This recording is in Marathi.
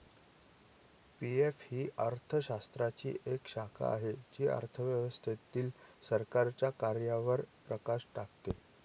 पी.एफ ही अर्थशास्त्राची एक शाखा आहे जी अर्थव्यवस्थेतील सरकारच्या कार्यांवर प्रकाश टाकते